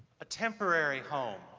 a temporary home